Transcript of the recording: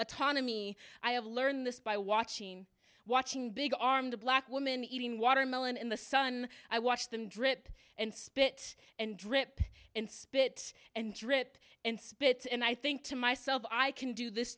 autonomy i have learned this by watching watching big armed black women eating watermelon in the sun i watch them drip and spit and drip and spit and drip and spit and i think to myself i can do this